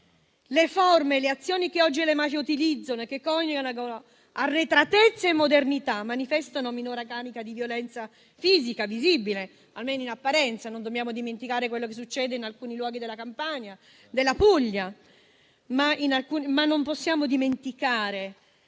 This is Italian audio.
Le forme e le azioni che oggi le mafie utilizzano, che coniugano arretratezza e modernità, manifestano minore carica di violenza fisica, visibile, almeno in apparenza - non dobbiamo dimenticare quello che succede in alcuni luoghi della Campania e della Puglia - ma sono altrettanto